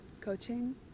coaching